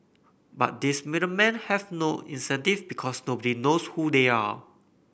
but these middle men have no incentive because nobody knows who they are